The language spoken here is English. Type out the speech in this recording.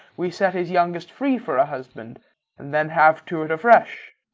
we set his youngest free for a husband, and then have to't afresh.